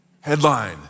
Headline